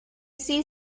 see